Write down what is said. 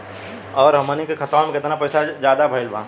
और अब हमनी के खतावा में कितना पैसा ज्यादा भईल बा?